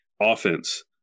offense